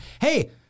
Hey